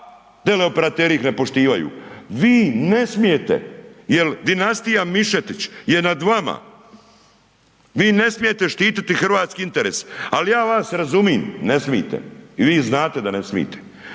teleoperateri ih ne poštivaju. Vi ne smijete jer dinastija Mišetić je nad vama. Vi ne smijete štititi hrvatski interes, ali ja vas razumijem, ne smijete i vi znate da ne smijete.